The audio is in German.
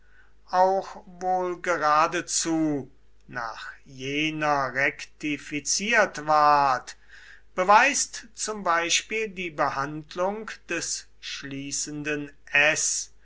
auch wohl geradezu nach jener rektifiziert ward beweist zum beispiel die behandlung des schließenden s